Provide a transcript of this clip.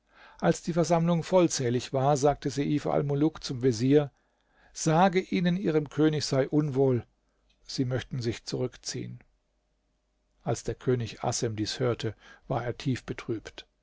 als die versammlung vollzählig war sagte seif almuluk zum vezier sage ihnen ihrem könig sei unwohl sie möchten sich zurückziehen als der könig assem dies hörte war er tief betrübt